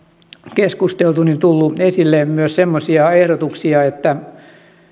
keskusteltu tullut esille myös semmoisia ehdotuksia että